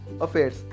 affairs